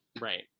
right